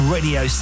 Radio